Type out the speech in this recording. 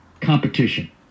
competition